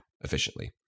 efficiently